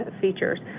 features